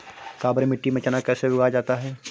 काबर मिट्टी में चना कैसे उगाया जाता है?